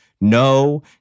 no